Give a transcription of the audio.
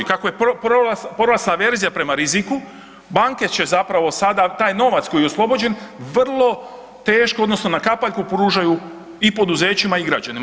Kako je porasla averzija prema riziku banke će zapravo sada taj novac koji je oslobođen vrlo teško odnosno na kapaljku pružaju i poduzećima i građanima.